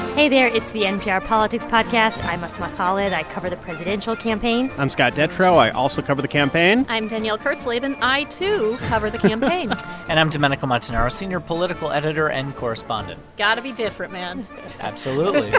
hey there. it's the npr politics podcast. i'm asma khalid. i cover the presidential campaign i'm scott detrow. i also cover the campaign i'm danielle kurtzleben. i too cover the campaign and i'm domenico montanaro, senior political editor and correspondent got to be different, man absolutely